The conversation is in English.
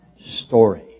story